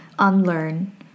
unlearn